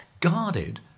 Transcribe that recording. guarded